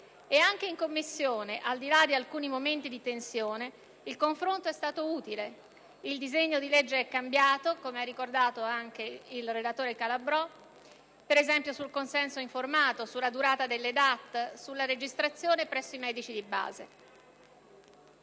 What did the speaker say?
anche in Commissione, al di là di alcuni momenti di tensione, il confronto è stato utile: il disegno di legge è cambiato, come ha ricordato anche il relatore Calabrò, per esempio sul consenso informato, sulla durata delle DAT, sulla registrazione presso i medici di base.